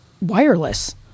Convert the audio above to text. wireless